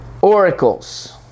Oracles